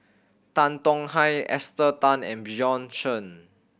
Tan Tong Hye Esther Tan and Bjorn Shen